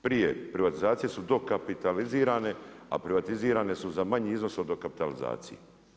Prije privatizacije su dokapitalizirane a privatizirane su za manji iznos od dokapitalizacije.